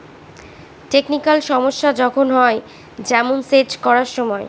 technical সমস্যা যখন হয়, যেমন সেচ করার সময়